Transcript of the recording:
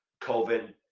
COVID